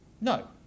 No